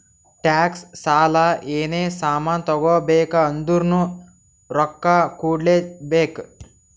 tax, ಸಾಲ, ಏನೇ ಸಾಮಾನ್ ತಗೋಬೇಕ ಅಂದುರ್ನು ರೊಕ್ಕಾ ಕೂಡ್ಲೇ ಬೇಕ್